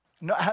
No